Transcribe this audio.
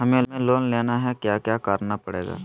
हमें लोन लेना है क्या क्या करना पड़ेगा?